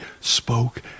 spoke